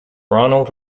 ronald